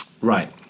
Right